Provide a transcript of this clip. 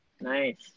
Nice